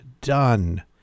done